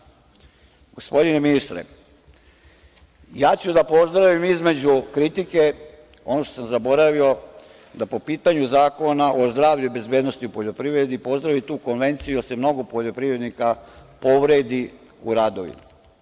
Gospodine ministre, ja ću da pozdravim između kritike ono što sam zaboravio, da po pitanju zakona o zdravlju i bezbednosti u poljoprivredi pozdravi tu Konvenciju, jer se mnogo poljoprivrednika povredi u radu.